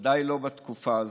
בוודאי לא בתקופה הזאת.